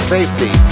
Safety